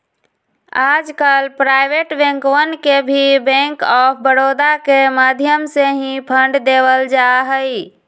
आजकल प्राइवेट बैंकवन के भी बैंक आफ बडौदा के माध्यम से ही फंड देवल जाहई